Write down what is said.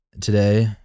today